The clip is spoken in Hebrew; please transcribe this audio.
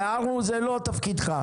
'הערנו' זה לא תפקידך,